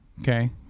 okay